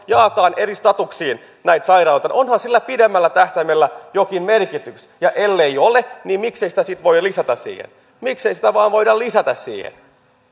jaetaan eri statuksiin näitä sairaaloita niin onhan sillä pidemmällä tähtäimellä jokin merkitys ja ellei ole niin miksei sitä sitten voida lisätä siihen miksei sitä vaan voida lisätä siihen